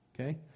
Okay